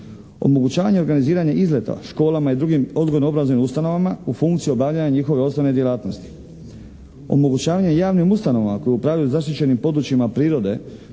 Omogućavanje organiziranja izleta školama i drugim odgojno-obrazovnim ustanovama u funkciji obavljanja njihove osnovne djelatnosti. Omogućavanje javnim ustanovama koje upravljaju zaštićenim područjima prirode,